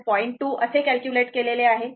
2 असे कॅल्क्युलेट केलेले आहे